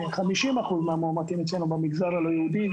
50% מהמאומתים אצלנו הם במגזר הלא יהודי,